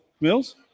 Mills